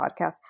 podcast